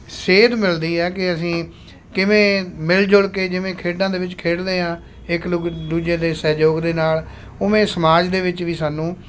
ਸੇਧ ਮਿਲਦੀ ਹੈ ਕਿ ਅਸੀਂ ਕਿਵੇਂ ਮਿਲ ਜੁਲ ਕੇ ਜਿਵੇਂ ਖੇਡਾਂ ਦੇ ਵਿੱਚ ਖੇਡਦੇ ਹਾਂ ਇੱਕ ਲੁੱਕ ਦੂਜੇ ਦੇ ਸਹਿਯੋਗ ਦੇ ਨਾਲ਼ ਉਵੇਂ ਸਮਾਜ ਦੇ ਵਿੱਚ ਵੀ ਸਾਨੂੰ